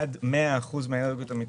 עד 100% מן האנרגיות המתחדשות.